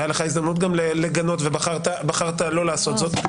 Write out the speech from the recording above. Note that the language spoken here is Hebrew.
הייתה לך הזדמנות גם לגנות, ובחרת לא לעשות זאת.